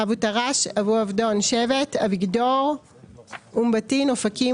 אבו טראש אבו עבדון (שבט) אביגדור אום בטין אופקים